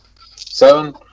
Seven